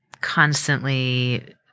constantly